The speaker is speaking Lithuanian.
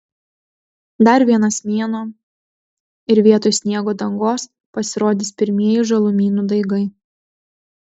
dar vienas mėnuo ir vietoj sniego dangos pasirodys pirmieji žalumynų daigai